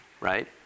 right